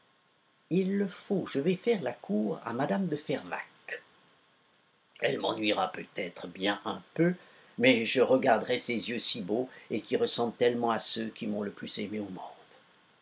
il le faut je vais faire la cour à mme de fervaques elle m'ennuiera bien peut-être un peu mais je regarderai ces yeux si beaux et qui ressemblent tellement à ceux qui m'ont le plus aimé au monde